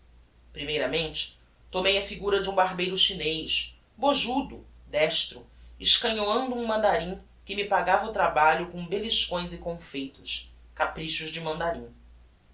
primeiramente tomei a figura de um barbeiro chinez bojudo destro escanhoando um mandarim que me pagava o trabalho com beliscões e confeitos caprichos de mandarim